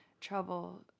trouble